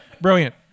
brilliant